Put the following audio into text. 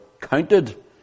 counted